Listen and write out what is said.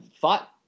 thought